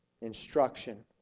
instruction